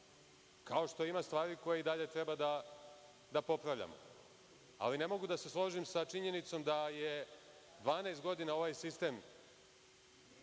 kao što ima stvari koje i dalje treba da popravljamo. Ali, ne mogu da se složim sa činjenicom da je 12 godina ovaj sistem